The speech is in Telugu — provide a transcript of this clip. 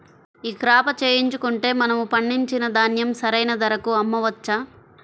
ఈ క్రాప చేయించుకుంటే మనము పండించిన ధాన్యం సరైన ధరకు అమ్మవచ్చా?